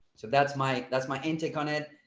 so that's my that's my and take on it.